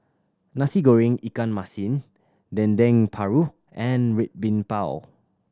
Nasi Goreng ikan masin Dendeng Paru and Red Bean Bao